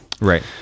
Right